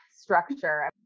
structure